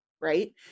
Right